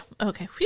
Okay